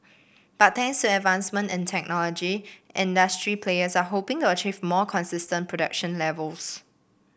but thanks to advancements in technology industry players are hoping to achieve more consistent production levels